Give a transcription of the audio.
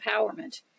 empowerment